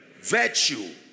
virtue